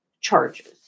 charges